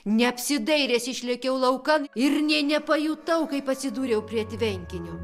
neapsidairęs išlėkiau laukan ir nė nepajutau kaip atsidūriau prie tvenkinio